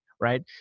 right